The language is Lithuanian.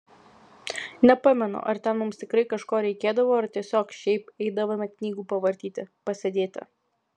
nepamenu ar ten mums tikrai kažko reikėdavo ar tiesiog šiaip eidavome knygų pavartyti pasėdėti